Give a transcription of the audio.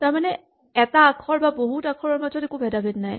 তাৰমানে এটা আখৰ বা বহুত আখৰৰ মাজত একো ভেদাভেদ নাই